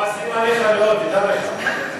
כועסים עליך מאוד, תדע לך.